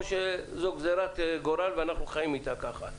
שזו גזירת גורל ואנחנו חיים איתה ככה.